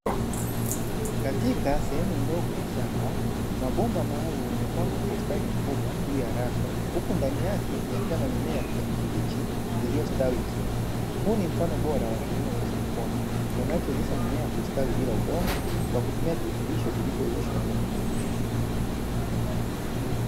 Katika sehemu ndogo ya shamba mabomba maalumu yamepangwa kwa ustadi mkubwa juu ya rafu huku ndani yake yakiwa na mimea ya kijani kibichi iliyostawi vizuri. Huu ni mfano bora wa kilimo cha haidroponi unachowezesha mimea kustawi bila udongo kwa kutumia virutubisho vilivyoyeyushwa kwenye maji.